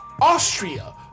Austria